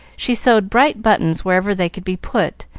she sewed bright buttons wherever they could be put,